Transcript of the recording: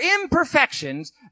imperfections